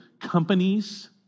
companies